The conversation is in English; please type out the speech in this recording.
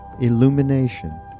illumination